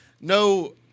no